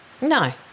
No